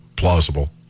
plausible